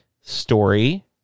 story